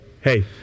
Hey